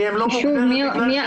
היא לא מוגדרת כי אתם לא הגדרתם.